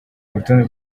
urutonde